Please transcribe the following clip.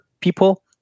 People